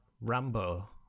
Rambo